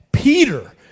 Peter